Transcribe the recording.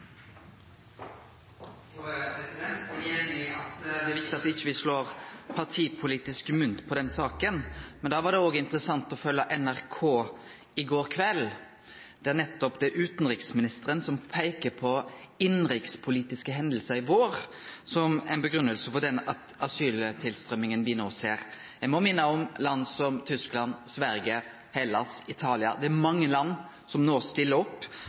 at det er viktig at me ikkje slår partipolitisk mynt på denne saka, men da var det interessant å følgje NRK i går kveld, der det nettopp var utanriksministeren som peikte på innanrikspolitiske hendingar i vår, som ei grunngiving for den asyltilstrømminga me no ser. Eg må minne om land som Tyskland, Sverige, Hellas og Italia. Det er mange land som no stiller opp,